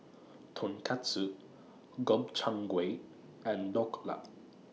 Tonkatsu Gobchang Gui and Dhokla